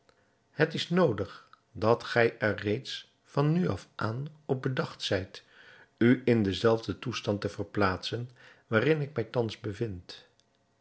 het is noodig dat gij er reeds van nu af aan op bedacht zijt u in den zelfden toestand te verplaatsen waarin ik mij thans bevind